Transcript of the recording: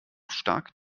stark